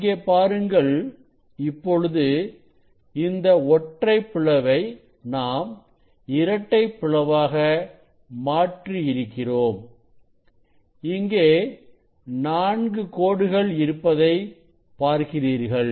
இங்கே பாருங்கள் இப்பொழுது இந்த ஒற்றைப் பிளவை நாம் இரட்டைப் பிளவாக மாற்றி இருக்கிறோம் இங்கே நான்கு கோடுகள் இருப்பதை பார்க்கிறீர்கள்